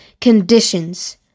conditions